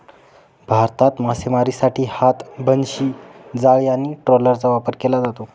भारतात मासेमारीसाठी हात, बनशी, जाळी आणि ट्रॉलरचा वापर केला जातो